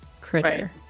critter